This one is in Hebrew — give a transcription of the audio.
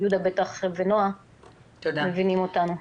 יהודה ונעה בטח מבינים אותנו.